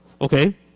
Okay